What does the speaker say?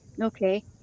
Okay